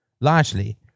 largely